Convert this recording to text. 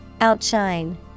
Outshine